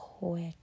quick